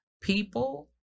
people